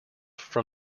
from